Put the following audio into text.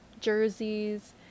jerseys